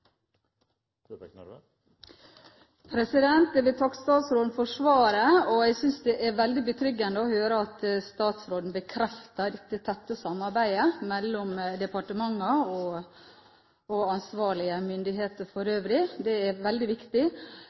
sjølve verdiskapinga. Jeg vil takke statsråden for svaret. Jeg syns det er veldig betryggende å høre at statsråden bekrefter det tette samarbeidet mellom departementene og ansvarlige myndigheter for øvrig. Det er veldig viktig.